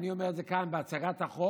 אני אומר את זה כאן בהצגת החוק,